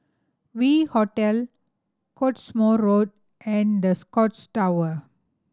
V Hotel Cottesmore Road and The Scotts Tower